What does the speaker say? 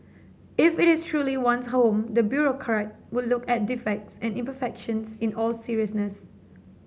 if it is truly one's home the bureaucrat would look at defects and imperfections in all seriousness